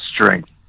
strength